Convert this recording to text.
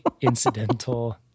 incidental